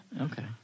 Okay